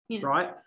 right